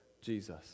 Jesus